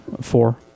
Four